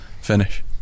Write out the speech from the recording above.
finish